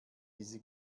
diese